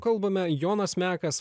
kalbame jonas mekas